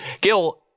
Gil